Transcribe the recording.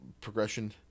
progression